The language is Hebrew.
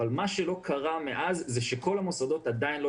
אבל מה שלא קרה מאז זה שכל המוסדות עדיין לא